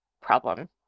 problem